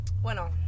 Bueno